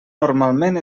normalment